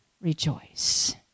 rejoice